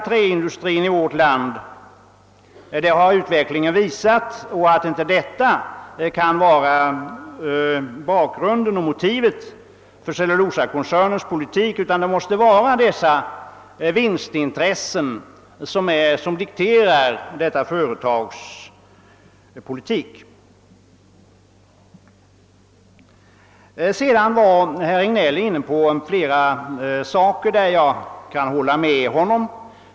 Motivet för Cellulosakoncernens politik kan därför inte vara att det saknas sådana möjligheter, utan det är tydligen vinstintressena som dikterar detta företags handlande. Herr Regnéll tog upp flera andra saker där jag kan hålla med honom.